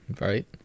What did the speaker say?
Right